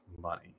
money